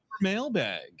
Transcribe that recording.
mailbag